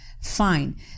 Fine